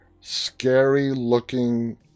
scary-looking